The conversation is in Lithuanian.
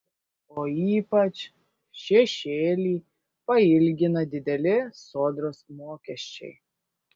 o ypač šešėlį pailgina dideli sodros mokesčiai